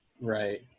Right